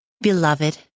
Beloved